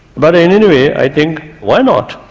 but and anyway i think why not,